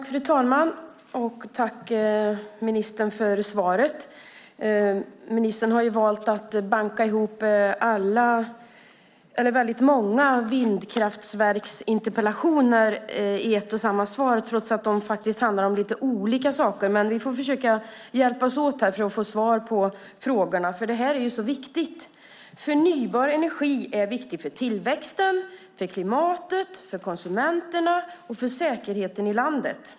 Fru talman! Tack, ministern, för svaret! Ministern har valt att banka ihop många vindkraftverksinterpellationer i ett och samma svar trots att de handlar om lite olika saker. Men vi får försöka hjälpas åt för att få svar på frågorna, för det här är så viktigt. Förnybar energi är viktig för tillväxten, för klimatet, för konsumenterna och för säkerheten i landet.